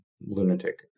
lunatic